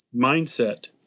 mindset